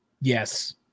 yes